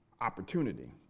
opportunity